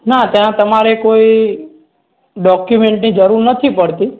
ના ત્યાં તમારે કોઈ ડોક્યુમેન્ટની જરૂર નથી પડતી